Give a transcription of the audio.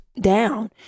down